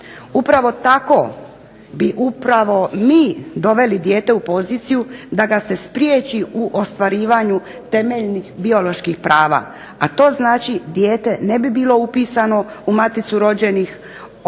Upravo tako bi doveli mi dijete u poziciju da ga se spriječi u ostvarivanju temeljnih bioloških prava, a to znači dijete ne bi bilo upisano u maticu rođenih u